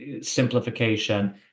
simplification